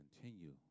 continue